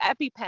EpiPen